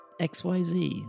XYZ